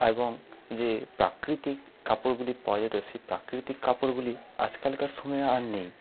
এবং যে প্রাকৃতিক কাপড়গুলি পাওয়া যেত সেই প্রাকৃতিক কাপড়গুলি আজকালকার সময়ে আর নেই